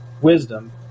wisdom